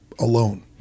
alone